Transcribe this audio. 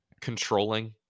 controlling